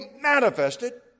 manifested